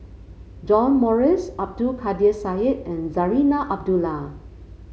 John Morrice Abdul Kadir Syed and Zarinah Abdullah